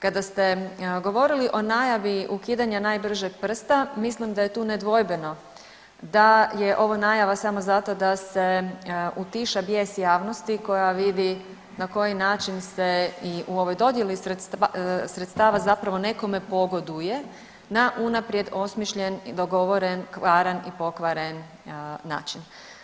Kada ste govorili o najavi ukidanja najbržeg prsta mislim da je tu nedvojbeno da je ovo najava samo zato da se utiša bijes javnosti koja vidi na koji način se i u ovoj dodjeli sredstava zapravo nekome pogoduje na unaprijed osmišljen i dogovoren, kvaran i pokvaren način.